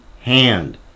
hand